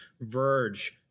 Verge